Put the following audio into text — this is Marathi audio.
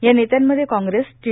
या नेत्यांमध्ये कांग्रेस टी